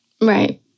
right